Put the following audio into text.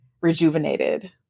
rejuvenated